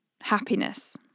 happiness